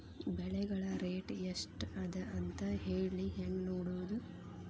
ಬೆಳೆಗಳ ರೇಟ್ ಎಷ್ಟ ಅದ ಅಂತ ಹೇಳಿ ಹೆಂಗ್ ನೋಡುವುದು?